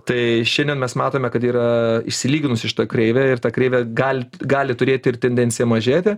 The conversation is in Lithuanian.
tai šiandien mes matome kad yra išsilyginusi šita kreivė ir ta kreivė gali gali turėti ir tendenciją mažėti